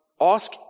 Ask